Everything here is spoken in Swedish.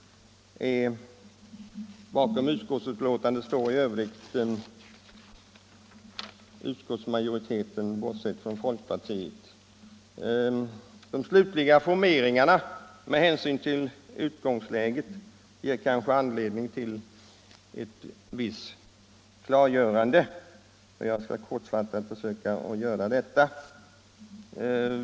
Bakom utskottsbetänkandet står således majoriteten bortsett från folkpartiet. De slutliga formeringarna med hänsyn till utgångsläget ger kanske anledning till ett visst klargörande och jag skall kortfattat försöka göra detta.